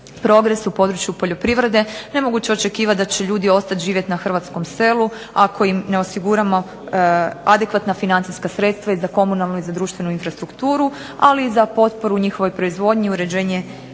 progres u području poljoprivrede. Nemoguće je očekivati da će ljudi ostati živjeti na hrvatskom selu ako im ne osiguramo adekvatna financijska sredstva i za komunalnu i za društvenu infrastrukturu ali i za potporu njihovoj proizvodnji, uređenje tržišta.